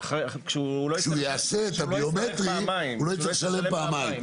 שהוא לא יצטרך לשלם פעמיים.